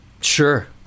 sure